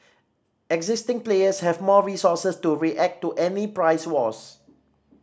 existing players have more resources to react to any price wars